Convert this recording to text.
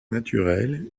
naturel